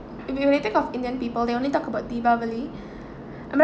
if you really think of indian people they only talk about deepavali but